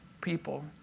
people